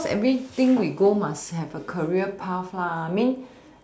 of course everything we go must have a career path lah I mean